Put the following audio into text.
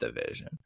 division